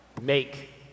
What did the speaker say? Make